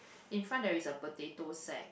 in front there is a potato sack